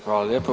Hvala lijepa.